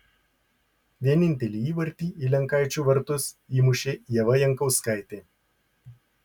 vienintelį įvartį į lenkaičių vartus įmušė ieva jankauskaitė